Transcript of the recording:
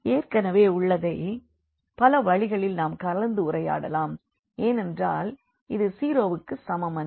ஏற்கெனவே உள்ளதை பல வழிகளில் நாம் கலந்துரையாடலாம் ஏனென்றால் இது 0 வுக்கு சமம் அல்ல